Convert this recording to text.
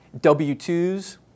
W-2s